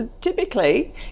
typically